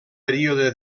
període